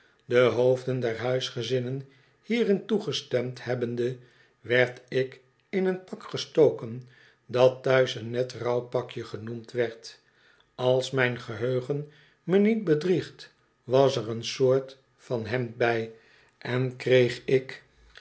de hoofden der huisgezinnen hierin toegestemd hebbende werd ik in een pak gestoken dat thuis een net rouwpakje genoemd werd als mijn geheugen me niet bedriegt was er een soort van hemd bij en kreeg ik